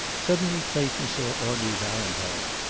suddenly clayton saw audrey valentine.